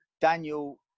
Daniel